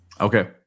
Okay